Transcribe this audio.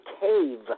cave